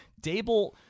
Dable